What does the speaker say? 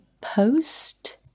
post